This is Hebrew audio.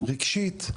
רגשית,